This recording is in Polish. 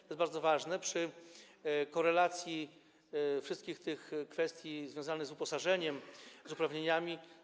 To jest bardzo ważne przy korelacji wszystkich tych kwestii związanych z uposażeniem, z uprawnieniami.